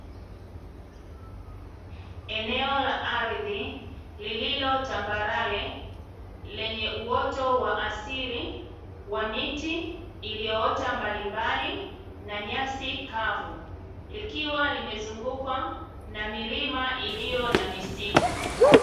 Eneo la ardhi lililo tambarare, lenye uoto wa asili wa miti iliyoota mbalimbali na nyasi kavu; likiwa limezungukwa na milima iliyo na misitu.